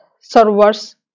servers